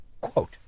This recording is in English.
Quote